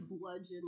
bludgeon